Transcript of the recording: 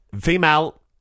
Female